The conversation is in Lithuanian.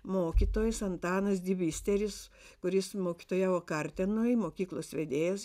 mokytojas antanas dibisteris kuris mokytojavo kartenoj mokyklos vedėjas